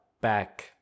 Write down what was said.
back